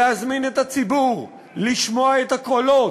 להזמין את הציבור, לשמוע את הקולות,